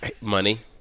Money